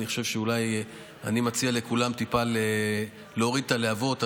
אני מציע לכולם טיפה להוריד את הלהבות.